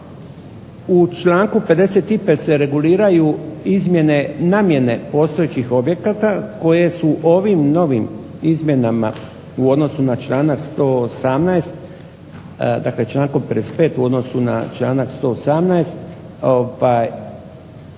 u članku 55. se reguliraju izmjene namjene postojećih objekata koje su ovim novim izmjenama u odnosu na članak 118. dakle člankom 55. u odnosu na članak 118.